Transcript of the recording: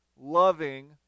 loving